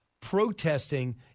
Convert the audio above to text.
protesting